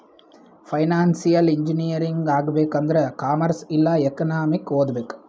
financial engineering ಆಗ್ಬೇಕ್ ಆಂದುರ್ commerce ಇಲ್ಲಾ ಎಕನಾಮಿಕ್ ಓದ್ಬೇಕ್